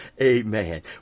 amen